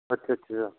ਅੱਛਾ ਅੱਛਾ